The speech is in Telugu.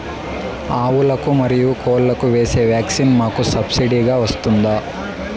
ఆవులకు, మరియు కోళ్లకు వేసే వ్యాక్సిన్ మాకు సబ్సిడి గా వస్తుందా?